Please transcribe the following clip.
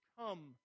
come